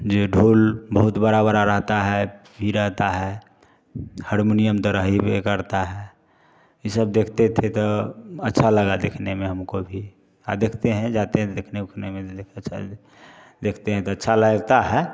जो ढोल बहुत बड़ा बड़ा रहता है भी रहता है हरमुनियम तो रहते करता है ये सब देखते थे तो अच्छा लगा देखने में हमको भी आ देखते हैं जाते हैं देखने उखने में अच्छा देखते हैं तो अच्छा लगता है